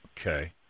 Okay